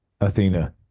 Athena